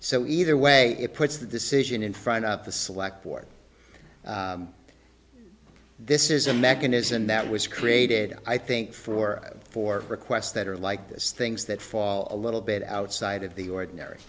so either way it puts the decision in front up the slack board this is a mechanism that was created i think for for requests that are like this things that fall a little bit outside of the ordinary